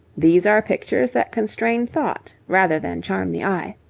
these are pictures that constrain thought rather than charm the eye.